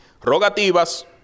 Rogativas